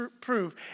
prove